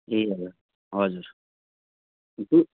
ए हजुर